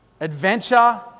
Adventure